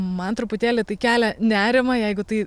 man truputėlį tai kelia nerimą jeigu tai